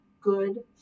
good